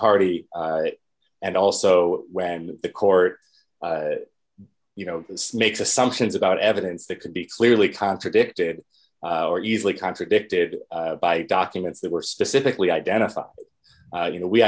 party and also when the court you know this makes assumptions about evidence that could be clearly contradicted or easily contradicted by documents that were specifically identified you know we